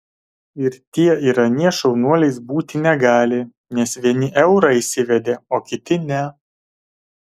ir tie ir anie šaunuoliais būti negali nes vieni eurą įsivedė o kiti ne